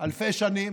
אלפי שנים.